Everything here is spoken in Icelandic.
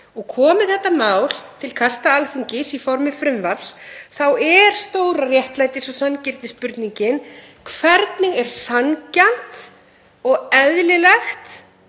og komi þetta mál til kasta Alþingis í formi frumvarps er stóra réttlætis- og sanngirnisspurningin: Hvernig er sanngjarnt og eðlilegt